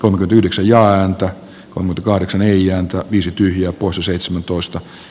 onhan yhdeksän ja antoi kolme kahdeksan neljä viisi tyhjä usa seitsemäntoista